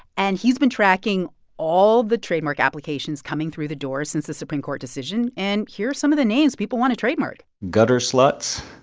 and he's been tracking all the trademark applications coming through the door since the supreme court decision. and here are some of the names people want to trademark gutter sluts,